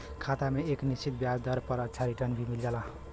खाता में एक निश्चित ब्याज दर पर अच्छा रिटर्न भी मिल जाला